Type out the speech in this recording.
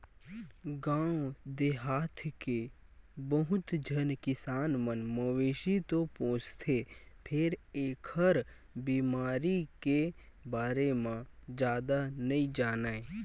गाँव देहाथ के बहुत झन किसान मन मवेशी तो पोसथे फेर एखर बेमारी के बारे म जादा नइ जानय